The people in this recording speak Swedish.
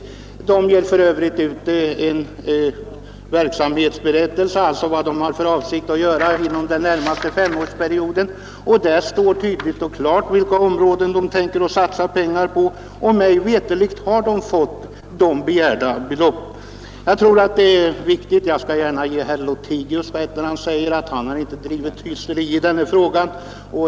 Utsädesföreningen ger för övrigt ut en berättelse där man talar om, vad man har för avsikt att göra inom den närmaste femårsperioden. Där står tydligt och klart vilka områden man tänker satsa pengar på, och mig veterligt har man också fått de begärda beloppen. Jag skall gärna ge herr Lothigius rätt när han säger att han inte har drivits till hysteri i den här frågan.